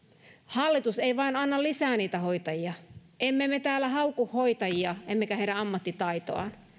hallitus ei vain anna lisää niitä hoitajia emme me me täällä hauku hoitajia emmekä heidän ammattitaitoaan